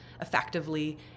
effectively